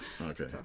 Okay